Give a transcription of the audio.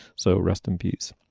so rest in peace.